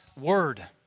word